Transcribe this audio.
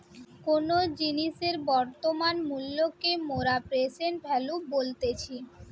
কোনো জিনিসের বর্তমান মূল্যকে মোরা প্রেসেন্ট ভ্যালু বলতেছি